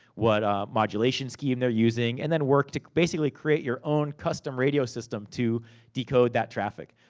what modulation scheme they're using. and then work, to basically create your own custom radio system to decode that traffic.